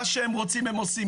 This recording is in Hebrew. מה שהם רוצים הם עושים.